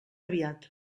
aviat